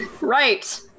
Right